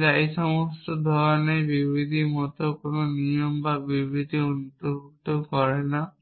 যা এই সমস্ত ধরণের বিবৃতির মতো কোনও নিয়ম এবং বিবৃতি অন্তর্ভুক্ত করে না